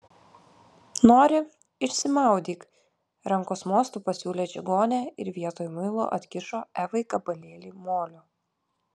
nori išsimaudyk rankos mostu pasiūlė čigonė ir vietoj muilo atkišo evai gabalėlį molio